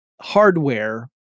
hardware